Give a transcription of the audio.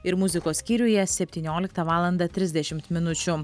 ir muzikos skyriuje septynioliktą valandą trisdešimt minučių